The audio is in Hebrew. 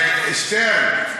שטרן,